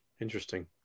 Interesting